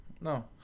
No